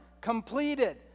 completed